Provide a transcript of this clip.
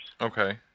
Okay